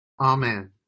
Amen